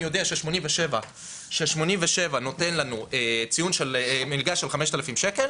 שהשנה ציון 87 נותן לנו מלגה של 5,000 שקלים